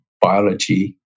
biology